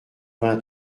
vingt